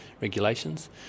regulations